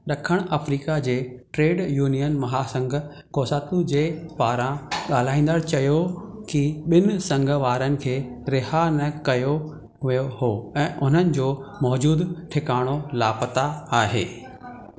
ॾखणु अफ्रीका जे trade union महासंघ कोसातु जे पारां ॻाल्हाईंदड़ु चयो कि ॿिनि संघ वारनि खे रिहा न कयो वियो हो ऐं हुननि जो मौजूद ठिकाणो लापता आहे